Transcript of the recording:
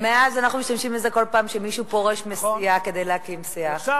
ומאז אנחנו משתמשים בזה כל פעם כשמישהו פורש מסיעה כדי להקים סיעה אחרת.